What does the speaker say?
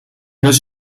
does